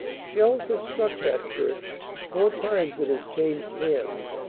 shells have struck that church four times it has changed hands.